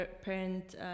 parent